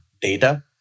data